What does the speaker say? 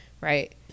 right